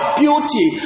beauty